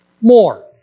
more